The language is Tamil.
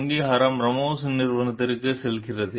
அங்கீகாரம் ராமோஸின் நிறுவனத்திற்கு செல்கிறது